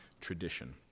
tradition